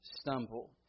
stumble